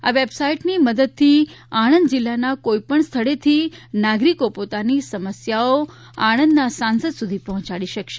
આ વેબસાઈટની મદદથી આણંદ જીલ્લાના કોઈપણ સ્થળેથી નાગરિકો પોતાની સમસ્યાઓન આણંદના સાંસદ સુધી પહોંચાડી શકશે